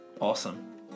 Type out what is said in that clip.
awesome